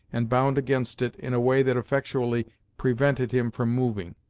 and bound against it in a way that effectually prevented him from moving,